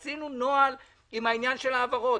עשינו נוהל עם העניין של ההעברות.